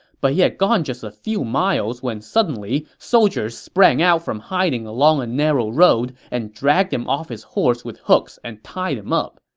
but he had gone just a few miles when suddenly, soldiers sprang out from hiding along a narrow road and dragged him off his horse with hooks and tied him up.